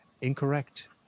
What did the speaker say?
Incorrect